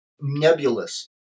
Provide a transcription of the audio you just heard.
nebulous